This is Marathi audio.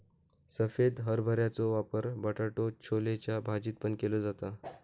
सफेद हरभऱ्याचो वापर बटाटो छोलेच्या भाजीत पण केलो जाता